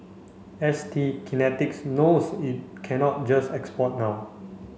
S T Kinetics knows it cannot just export now